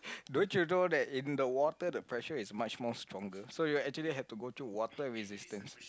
don't you know that in the water the pressure is much more stronger so you actually have to go through water resistance